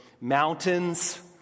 Mountains